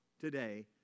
today